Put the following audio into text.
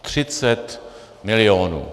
Třicet milionů.